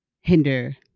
hinder